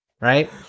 right